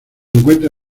encuentra